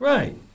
Right